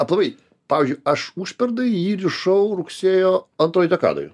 aplamai pavyzdžiui aš užpernai jį rišau rugsėjo antroj dekadoj